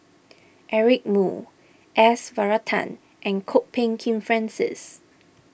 Eric Moo S Varathan and Kwok Peng Kin Francis